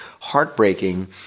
heartbreaking